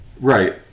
Right